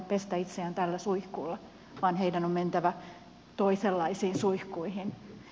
pestä itseään tällä suihkulla vaan heidän on mentävä toisenlaisiin suihkuihin